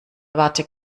erwarte